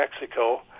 Mexico